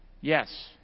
Yes